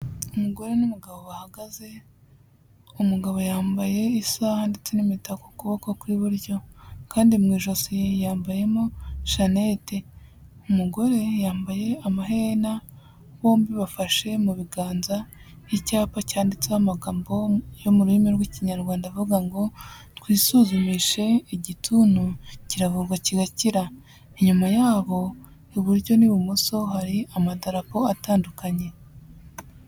Umugore n'umugabo bahagaze, umugabo yambaye isaha ndetse n'imitako kuboko kw'iburyo kandi mu ijosi yambayemo shanete, umugore yambaye amaherena, bombi bafashe mu biganza icyapa cyanditseho amagambo yo mu rurimi rw'Ikinyarwanda avuga ngo twisuzumishe igituntu kiravugwa kigakira, inyuma yabo iburyo n'ibumoso hari amadapo atandukanye.